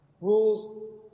Rules